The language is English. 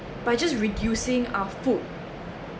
by just reducing our food